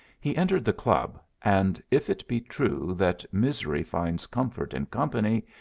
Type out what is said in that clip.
he entered the club, and, if it be true that misery finds comfort in company,